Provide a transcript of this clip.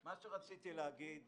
מה רציתי להגיד